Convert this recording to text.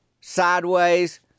sideways